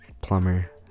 Plumber